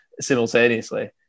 simultaneously